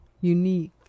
Unique